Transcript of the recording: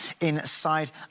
inside